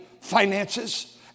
finances